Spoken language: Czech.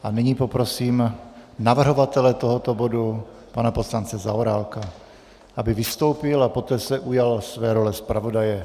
A nyní poprosím navrhovatele tohoto bodu pana poslance Zaorálka, aby vystoupil a poté se ujal své role zpravodaje.